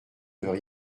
veut